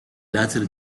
latter